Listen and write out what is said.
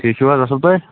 ٹھیٖک چھُو حظ اَصٕل پٲٹھۍ